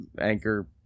anchor